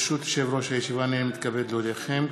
היו"ר, תוסיף פה אנשים.